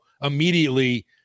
immediately